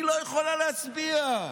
היא לא יכולה להצביע.